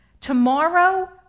Tomorrow